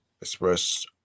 express